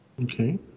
okay